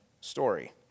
story